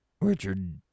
Richard